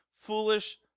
foolish